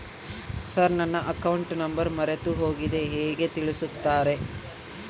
Sir ನನ್ನ account number ಮರೆತುಹೋಗಿದೆ ಹೇಗೆ ತಿಳಿಸುತ್ತಾರೆ?